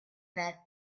that